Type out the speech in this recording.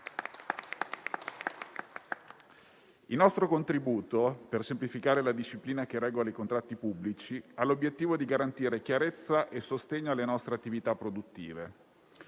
Il nostro contributo per semplificare la disciplina che regola i contratti pubblici ha l'obiettivo di garantire chiarezza e sostegno alle nostre attività produttive.